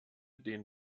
den